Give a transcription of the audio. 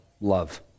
love